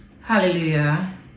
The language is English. Hallelujah